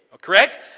correct